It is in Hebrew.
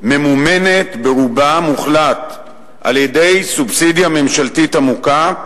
ממומנת ברובה המוחלט על-ידי סובסידיה ממשלתית עמוקה,